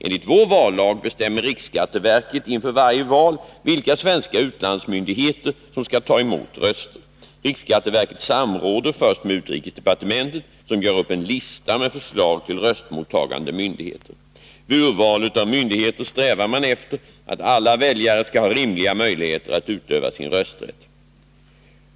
Enligt vår vallag bestämmer riksskatteverket inför varje val vilka svenska utlandsmyndigheter som skall ta emot röster. Riksskatteverket samråder först med utrikesdepartementet, som gör upp en lista med förslag till röstmottagande myndigheter. Vid urvalet av myndigheter strävar man efter att alla väljare skall ha rimliga möjligheter att utöva sin rösträtt.